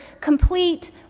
complete